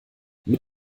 mit